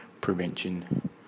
prevention